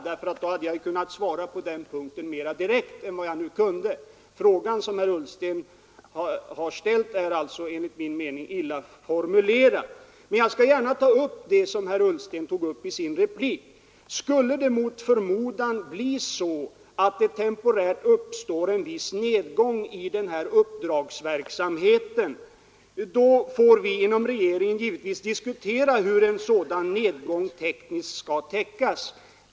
Då hade jag kunnat svara mera direkt på den punkten än vad jag nu kunde. Frågan som herr Ullsten har ställt är alltså enligt min mening illa formulerad. Men jag skall gärna ta upp det som herr Ullsten nämnde i sin replik. Skulle det mot förmodan temporärt uppstå en viss nedgång i uppdragsverksamheten har vi inom regeringen givetvis diskuterat hur en sådan nedgång tekniskt skall täckas.